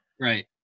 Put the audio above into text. Right